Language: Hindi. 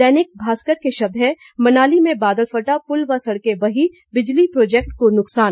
दैनिक भास्कर के शब्द हैं मनाली में बादल फटा पुल व सड़कें बही बिजली प्रोजेक्ट को नुकसान